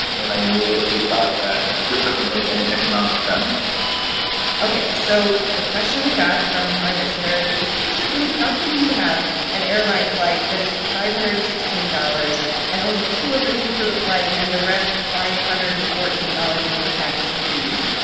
and i immediately thought that this doesn't make any economic sense ok. so the question we got from our listener is basically how can you have an airline flight that is five hundred and sixteen dollars and only two of it be for the flight and the rest five hundred and fourteen dollars be for taxes and fees?